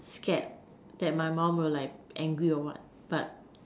scared that my mum will like angry or what but